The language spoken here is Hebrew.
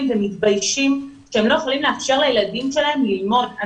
ומתביישים שהם לא יכולים לאפשר לילדים שלהם ללמוד.